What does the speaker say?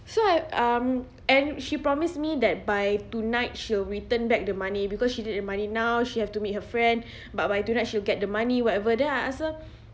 so I um and she promise me that by tonight she will return back the money because she need the money now she have to meet her friend but by tonight she'll get the money whatever then I ask her